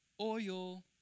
Oil